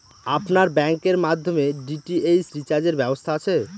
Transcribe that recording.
আপনার ব্যাংকের মাধ্যমে ডি.টি.এইচ রিচার্জের ব্যবস্থা আছে?